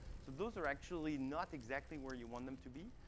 so those are actually not exactly where you want them to be.